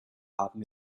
haben